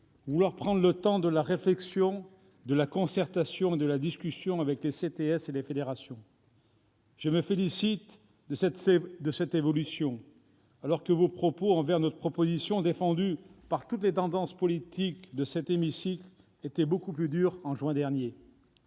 vouloir « prendre le temps de la réflexion, de la concertation et de la discussion avec les CTS et les fédérations ». Je me félicite de cette évolution, alors que vos propos envers notre proposition, défendue par toutes les tendances politiques de cet hémicycle, étaient beaucoup plus durs en juin dernier.